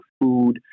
food